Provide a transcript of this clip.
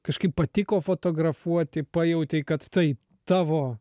kažkaip patiko fotografuoti pajautei kad tai tavo